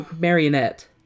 Marionette